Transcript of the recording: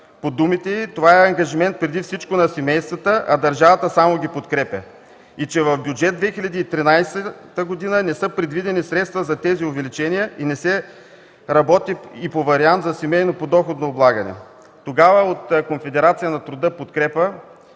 По думите й това е ангажимент преди всичко на семействата, а държавата само ги подкрепя и че в бюджет 2013 г. не са предвидени средства за тези увеличения и не се работи и по вариант за семейно подоходно облагане. Тогава от Конфедерация на труда „Подкрепа”